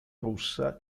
russa